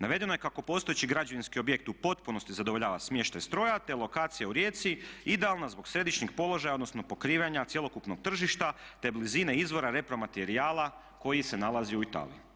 Navedeno je kako postojeći građevinski objekt u potpunosti zadovoljava smještaj strojeva te lokacija u Rijeci je idealna zbog središnjeg položaja odnosno pokrivanja cjelokupnog tržišta te blizine izvora repro-materijala koji se nalazi u Italiji.